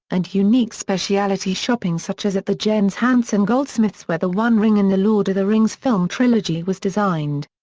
and unique speciality shopping such as at the jens hansen goldsmiths where the one ring in the lord of the rings film trilogy was designed.